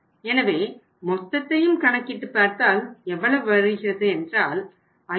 எனவே மொத்தத்தையும் கணக்கிட்டுப் பார்த்தால் எவ்வளவு வருகிறது என்றால் 5705